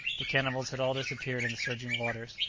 the cannibals had all disappeared in the surging waters.